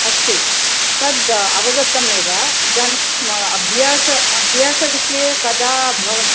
अस्तु तद् अवगतमेव इदानीम् अभ्यास अभ्यासविषये कदा भवती